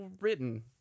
written